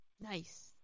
Nice